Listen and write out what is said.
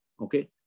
Okay